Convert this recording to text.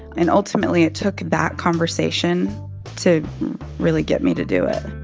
and ultimately, it took that conversation to really get me to do it